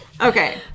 Okay